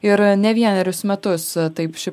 ir ne vienerius metus taip ši